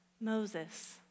Moses